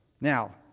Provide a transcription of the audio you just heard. Now